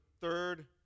third